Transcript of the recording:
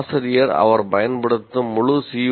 ஆசிரியர் அவர் பயன்படுத்தும் முழு சி